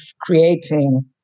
creating